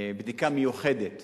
בדיקה מיוחדת